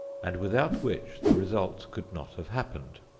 and without which the result could not have happened.